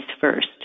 first